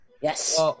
Yes